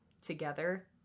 together